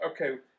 Okay